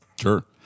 Sure